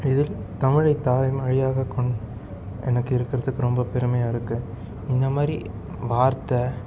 இதில் தமிழை தாய்மொழியாக கொண் எனக்கு இருக்கிறதுக்கு ரொம்ப பெருமையாக இருக்குது இந்த மாதிரி வார்த்தை